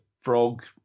frog